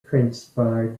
transpired